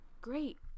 great